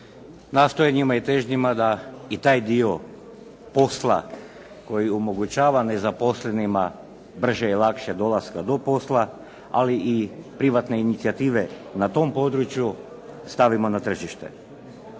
nastojanjima i težnjima da i taj dio posla koji omogućava nezaposlenima brže i lakše dolaska do posla, ali i privatne inicijative na tom području stavimo na tržište.